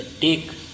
take